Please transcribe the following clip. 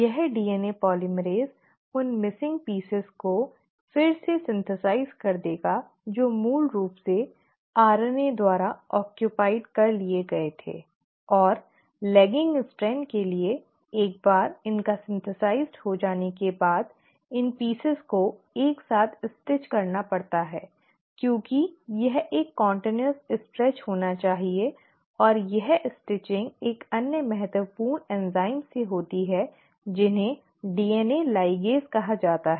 यह DNA polymerase उन लापता टुकड़ों को फिर से संश्लेषित कर देगा जो मूल रूप से RNA द्वारा कब्जा कर लिए गए थे और लैगिंग स्ट्रैंड के लिए एक बार इनका संश्लेषण हो जाने के बाद इन टुकड़ों को एक साथ सिलना पड़ता है क्योंकि यह एक निरंतर स्ट्रेच होना चाहिए और यह स्टिचिंग एक अन्य महत्वपूर्ण एंजाइम से होती है जिसे डीएनए लिगेज कहा जाता है